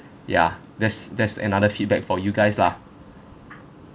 ya that's that's another feedback for you guys lah